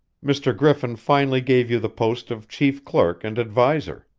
mr. griffin finally gave you the post of chief clerk and adviser.